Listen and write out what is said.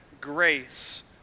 grace